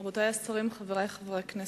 רבותי השרים, חברי חברי הכנסת,